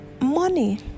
money